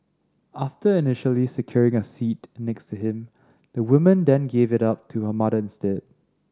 after initially securing a seat next to him the woman then gave it up to her mother instead